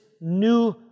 new